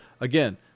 again